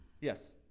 Yes